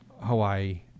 hawaii